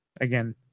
Again